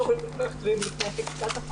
מסמך שכתבתי הוא הרבה יותר ארוך ממה שאני מחזיקה פה